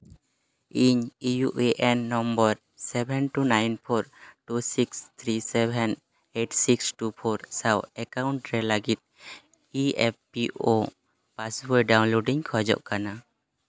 ᱤᱧ U N N number seven two nine four two six three seven eight six two four ᱥᱟᱶ account ᱨᱮ ᱞᱟᱹᱜᱤᱫ E F P O passbook download ᱤᱧ ᱠᱷᱚᱡᱚᱜ ᱠᱟᱱᱟ